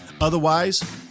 Otherwise